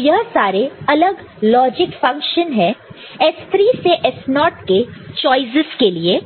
तो यह सारे अलग लॉजिक फंक्शन है S3 से S0 के चॉइसस के लिए